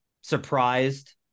surprised